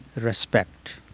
respect